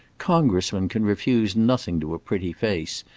congressmen can refuse nothing to a pretty face,